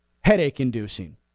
headache-inducing